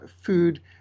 food